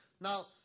Now